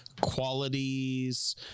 qualities